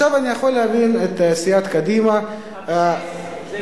אני יכול להבין את סיעת קדימה, "אבצס" זה